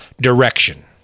direction